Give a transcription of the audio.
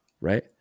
right